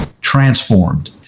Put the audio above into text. transformed